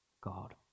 God